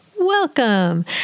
Welcome